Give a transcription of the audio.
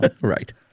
Right